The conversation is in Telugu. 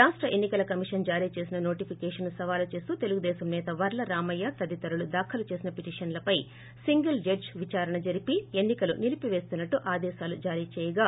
రాష్ల ఎన్ని కల కమిషన్ జారీ చేసిన నోటిఫికేషన్ను సవాల్ చేస్తూ తెలుగుదేశం నేత వర్ల రామయ్య తదితరులు దాఖలు చేసిన పిటిషన్లపై సింగిల్ జడ్లి విదారణ జరిపి ఎన్ని కలు నిలిపిపేస్తున్నట్లు ఆదేశాలు జారీ చేయగా